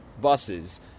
buses